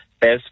best